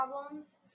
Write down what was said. problems